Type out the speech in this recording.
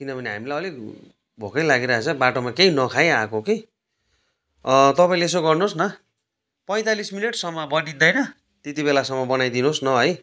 किनभने हामीलाई अलिक भोकै लागिरहेको छ बाटोमा केही नखाइ आएको कि तपाईँले यसो गर्नुहोस् न पैँतालिस मिनेटसम्ममा बनिँदैन त्यतिबेलासम्म बनाइदिनोस् न है